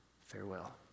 Farewell